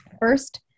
First